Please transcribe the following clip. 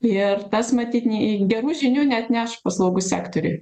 ir tas matyt nei gerų žinių neatneš paslaugų sektoriui